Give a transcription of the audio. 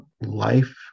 life